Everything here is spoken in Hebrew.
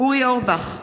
אורי אורבך,